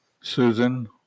Susan